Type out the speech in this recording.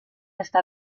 está